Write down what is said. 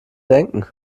denken